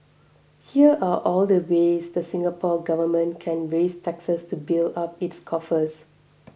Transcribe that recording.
here are all the ways the Singapore Government can raise taxes to build up its coffers